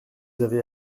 avez